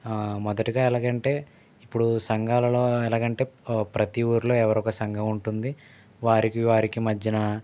మొదటిగా ఎలాగంటే ఇప్పుడు సంఘలలో ఎలాగంటే ప్రతి ఊర్లో ఎవరో ఒక సంఘంఉంటుంది వారికి వారికి మధ్యన